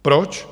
Proč?